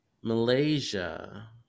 malaysia